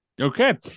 Okay